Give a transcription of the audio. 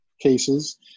cases